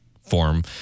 form